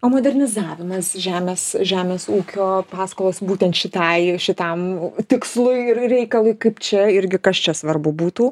o modernizavimas žemės žemės ūkio paskolos būtent šitai šitam tikslui ir reikalui kaip čia irgi kas čia svarbu būtų